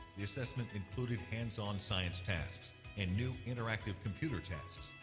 the assessment included hands-on science tasks and new interactive computer tasks.